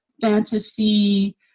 fantasy